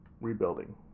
rebuilding